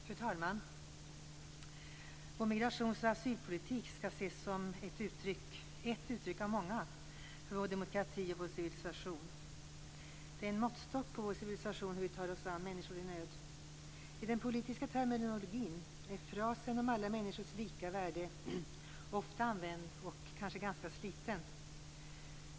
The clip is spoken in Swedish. Fru talman! Vår migrations och asylpolitik kan ses som ett uttryck av många för vår demokrati och vår civilisation. Det är en måttstock på vår civilisation, hur vi tar oss an människor i nöd. I den politiska terminologin är frasen om alla människors lika värde ofta använd och kanske ganska sliten.